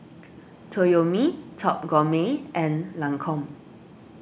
Toyomi Top Gourmet and Lancome